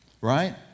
right